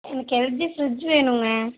எனக்கு LG fridge வேணுங்க